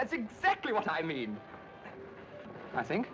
that's exactly what i mean i think